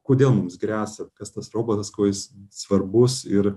kodėl mums gresia kas tas robotas kuris svarbus ir